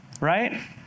right